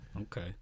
Okay